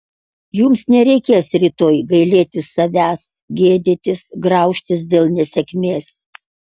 jums nereikės rytoj gailėtis savęs gėdytis graužtis dėl nesėkmės